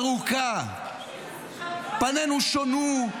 ארוכה./ פנינו שונו,